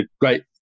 great